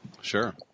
Sure